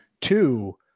Two